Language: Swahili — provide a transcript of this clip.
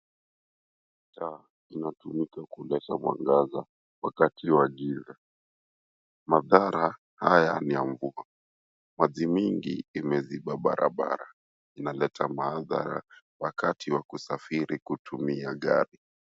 Taa, inatumika kuleta mwangaza wakati wa jua. Madhara haya ni ya mvua. Maji mingi imeziba barabara. Inaleta maadhara wakati wa kusafiri kutumia gari.